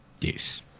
Yes